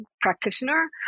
practitioner